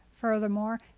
Furthermore